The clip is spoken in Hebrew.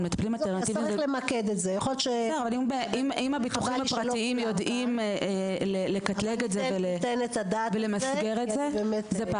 אבל הביטוחים הפרטיים יודעים לקטלג את זה ולמסגר את זה.